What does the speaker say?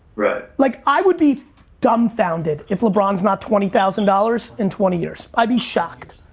right. like i would be dumbfounded if lebron's not twenty thousand dollars in twenty years. i'd be shocked.